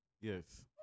Yes